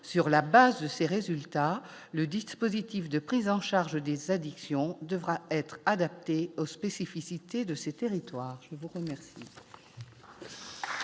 sur la base de ces résultats, le dispositif de prise en charge des addictions devra être adaptée aux spécificités de ces territoires, je vous remercie.